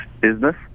business